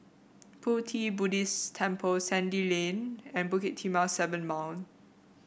Pu Ti Buddhist Temple Sandy Lane and Bukit Timah Seven Mile